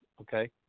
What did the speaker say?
Okay